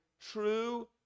true